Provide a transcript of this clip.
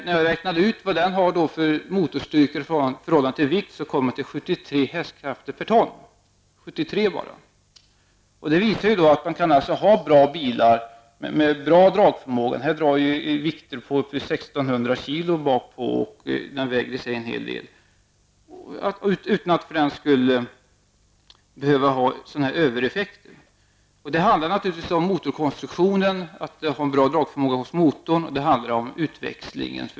När jag räknade ut vad den bilen har för motorstyrka i förhållande till vikt kom jag fram till bara 73 hk/ton. Detta visar att man kan tillverka bilar med en bra dragförmåga -- den här bilen drar vikter på upp till 1 600 kg, men den väger visserligen en hel del -- utan att för den skull behöva övereffekter. Det handlar naturligtvis om motorkonstruktionen och att motorn har en bra dragförmåga samt växellådans utväxling.